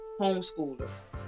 Homeschoolers